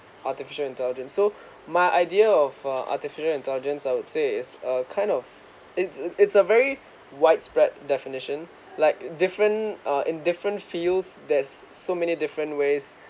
artificial intelligence so my idea of uh artificial intelligence I would say is uh kind of it's a it's a very widespread definition like different uh in different fields there's so many different ways